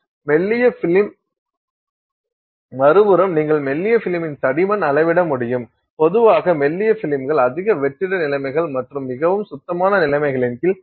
மெல்லிய பிலிம் மறுபுறம் நீங்கள் மெல்லிய பிலிமின் தடிமன் அளவிட முடியும் பொதுவாக மெல்லிய பிலிம்கள் அதிக வெற்றிட நிலைமைகள் மற்றும் மிகவும் சுத்தமான நிலைமைகளின் கீழ் தயாரிக்கப்படுகின்றன